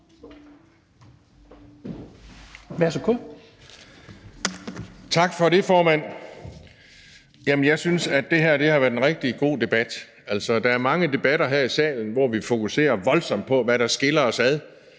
Tak for det, formand. Jeg synes, at det her har været en rigtig god debat. Altså, der er mange debatter her i salen, hvor vi fokuserer voldsomt på, hvad der skiller os ad;